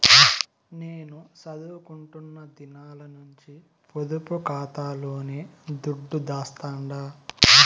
నేను సదువుకుంటున్న దినాల నుంచి పొదుపు కాతాలోనే దుడ్డు దాస్తండా